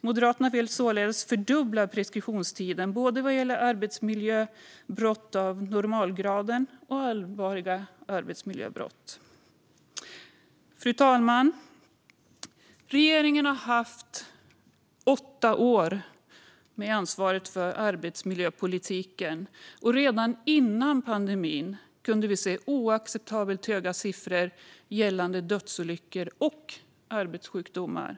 Moderaterna vill således fördubbla preskriptionstiden både vad gäller arbetsmiljöbrott av normalgraden och vad gäller allvarliga arbetsmiljöbrott. Fru talman! Regeringen har under åtta år haft ansvaret för arbetsmiljöpolitiken, och redan före pandemin kunde vi se oacceptabelt höga siffror gällande dödsolyckor och arbetssjukdomar.